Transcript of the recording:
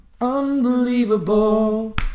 Unbelievable